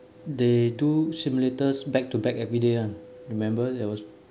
they do simulators back to back everyday one remember there was